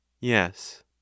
Yes